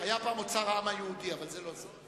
היה פעם אוצר העם היהודי, אבל זה לא זה.